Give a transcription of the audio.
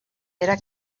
era